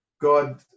god